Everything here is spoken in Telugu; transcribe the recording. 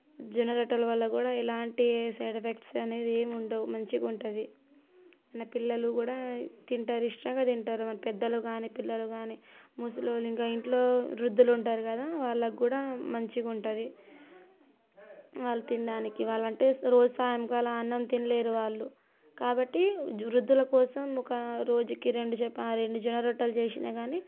జొన్న రొట్ట వల్ల కూడా ఎలాంటి సైడ్ ఎఫెక్ట్స్ అనేది ఏముండవు మంచిగా ఉంటుంది మన పిల్లలు కూడా తింటారు ఇష్టంగా తింటారు మన పెద్దలు కానీ పిల్లలు కానీ ముసలోళ్ళు ఇంకా ఇంట్లో వృద్ధులు ఉంటారు కదా వాళ్ళకి కూడా మంచిగా ఉంటుంది వాళ్ళు తినడానికి ఇవాళ అంటే రోజు సాయంకాలం అన్నం తినలేరు వాళ్ళు కాబట్టి వృద్ధుల కోసం ఒక రోజుకి రెండు చపాతీలు రెండు జొన్న రొట్టెలు చేసినా కానీ